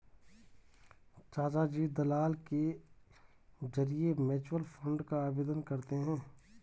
चाचाजी दलाल के जरिए म्यूचुअल फंड का आवेदन करते हैं